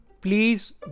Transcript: please